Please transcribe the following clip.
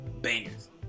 bangers